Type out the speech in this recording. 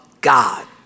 God